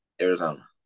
Arizona